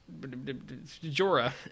Jorah